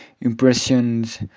impressions